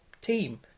team